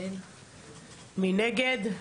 מי נגד?